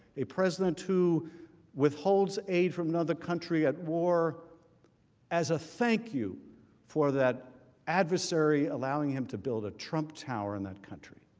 a president to withhold aid from another country at war as a thank you for that adversary allowing him to build a trump tower in that country.